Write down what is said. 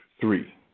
three